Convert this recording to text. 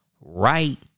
right